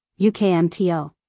UKMTO